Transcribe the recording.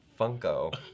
Funko